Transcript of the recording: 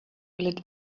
lit